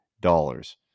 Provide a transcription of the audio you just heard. dollars